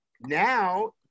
Now